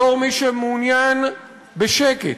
בתור מי שמעוניין בשקט,